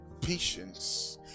patience